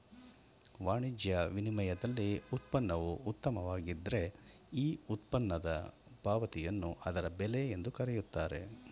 ವಾಣಿಜ್ಯ ವಿನಿಮಯದಲ್ಲಿ ಉತ್ಪನ್ನವು ಉತ್ತಮವಾಗಿದ್ದ್ರೆ ಈ ಉತ್ಪನ್ನದ ಪಾವತಿಯನ್ನು ಅದರ ಬೆಲೆ ಎಂದು ಕರೆಯುತ್ತಾರೆ